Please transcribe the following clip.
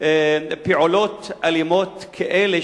פעולות אלימות כאלה,